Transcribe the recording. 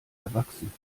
erwachsen